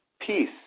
Peace